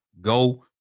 go